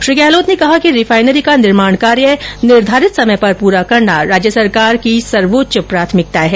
श्री गहलोत ने कहा रिफाइनरी का निर्माण कार्य निर्घारित समय पर पूरा करना राज्य सरकार की सर्वोच्च प्राथमिकता है